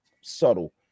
subtle